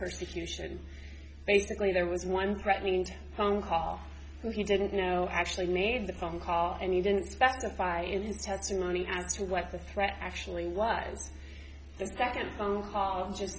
persecution and basically there was one threatening to phone call and he didn't know actually made the phone call and he didn't specify instead simoni as to what the threat actually was the second phone call just